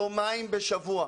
יומיים בשבוע,